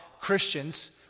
Christians